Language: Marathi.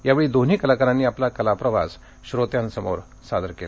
यावेळी दोन्ही कलाकारांनी आपला कलाप्रवास श्रोत्यांसमोर उलगडून दाखवला